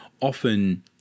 often